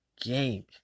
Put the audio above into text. game